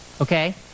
okay